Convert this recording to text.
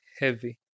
Heavy